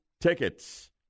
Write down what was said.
tickets